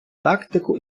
тактику